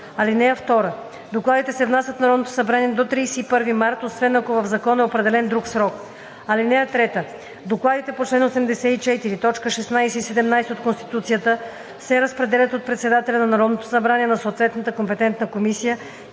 (2) Докладите се внасят в Народното събрание до 31 март, освен ако в закон е определен друг срок. (3) Докладите по чл. 84, т. 16 и 17 от Конституцията се разпределят от председателя на Народното събрание на съответната компетентна комисия